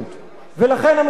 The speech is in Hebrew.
עמיתי חברי הכנסת,